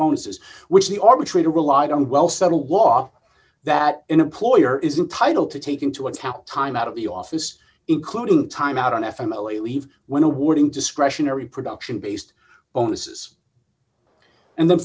bonuses which the arbitrator relied on well settled law that an employer is entitle to take into account time out of the office including time out on a family leave when awarding discretionary production based onus and then